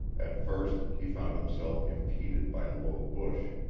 at first he found himself impeded by low bush.